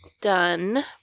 done